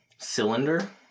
Cylinder